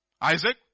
Isaac